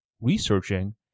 researching